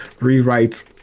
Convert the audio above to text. rewrite